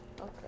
Okay